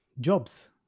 jobs